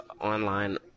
online